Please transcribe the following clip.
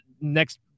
next